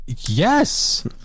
yes